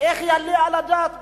איך יעלה על הדעת בכלל,